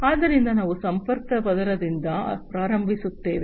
ಆದ್ದರಿಂದ ನಾವು ಸಂಪರ್ಕ ಪದರದಿಂದ ಪ್ರಾರಂಭಿಸುತ್ತೇವೆ